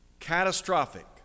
catastrophic